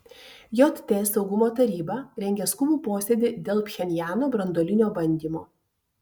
jt saugumo taryba rengia skubų posėdį dėl pchenjano branduolinio bandymo